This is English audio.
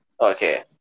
Okay